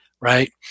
right